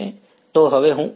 તો હવે હું કયું મૂકીશ